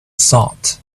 thought